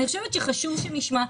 אני חושבת שחשוב שנשמע.